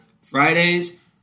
Fridays